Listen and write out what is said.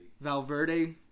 Valverde